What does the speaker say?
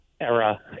era